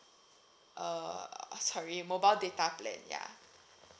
uh sorry mobile data plan ya